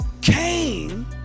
Cain